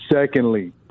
Secondly